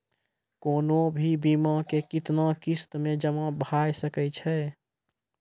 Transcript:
कोनो भी बीमा के कितना किस्त मे जमा भाय सके छै?